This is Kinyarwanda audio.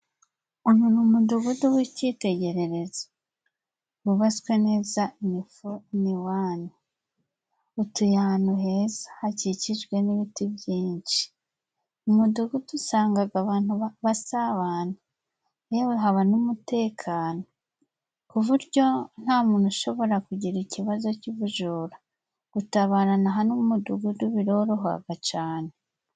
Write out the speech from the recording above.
Uyu ni umudugudu w'icyitegererezo wubatswe neza. Ni fo ini wani, utuye ahantu heza hakikijwe n'ibiti byinshi. Mu mudugudu usanga abantu basabana yewe haba n'umutekano, ku buryo nta muntu ushobora kugira ikibazo cy'ubujura. Gutabarana hano mu mudugudu biroroha cyane.